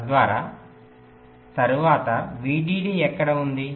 తరువాత VDD ఎక్కడ ఉంది